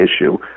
issue